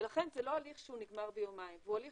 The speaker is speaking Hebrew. ולכן זה לא הליך שנגמר ביומיים, זה הליך